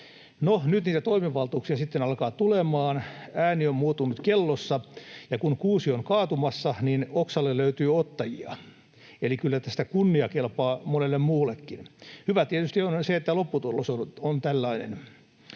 nyt niitä toimivaltuuksia sitten alkaa tulemaan. Ääni on muuttunut kellossa, ja kun kuusi on kaatumassa, niin oksalle löytyy ottajia. Eli kyllä tästä kunnia kelpaa monelle muullekin. Se on tietysti hyvä, että lopputulos on tällainen.